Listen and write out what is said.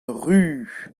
ruz